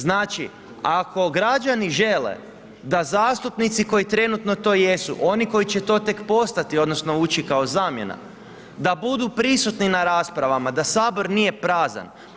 Znači, ako građani žele da zastupnici koji trenutno to jesu, koji će to tek postati odnosno ući kao zamjena da budu prisutni na raspravama da Sabor nije prazan.